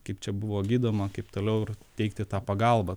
kaip čia buvo gydoma kaip toliau ir teikti tą pagalbą